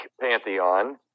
pantheon